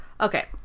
Okay